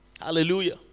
Hallelujah